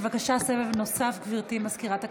בבקשה, סבב נוסף, גברתי סגנית מזכירת הכנסת.